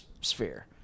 sphere